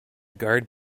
guard